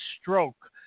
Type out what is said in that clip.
stroke